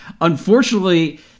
Unfortunately